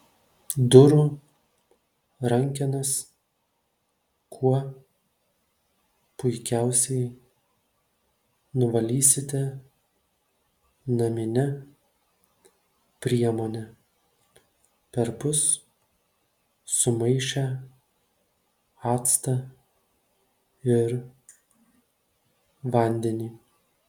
durų rankenas kuo puikiausiai nuvalysite namine priemone perpus sumaišę actą ir vandenį